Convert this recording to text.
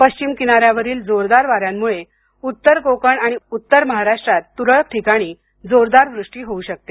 पश्चिम किनाऱ्यावरील जोरदार वाऱ्यांमुळे उत्तर कोकण आणि उत्तर महाराष्ट्रात तूरळक ठिकाणी जोरदार वृष्टी होऊ शकते